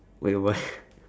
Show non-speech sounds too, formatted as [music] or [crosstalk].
wait what [breath]